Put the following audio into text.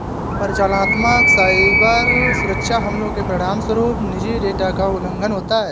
परिचालनात्मक साइबर सुरक्षा हमलों के परिणामस्वरूप निजी डेटा का उल्लंघन होता है